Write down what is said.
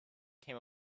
came